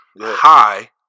high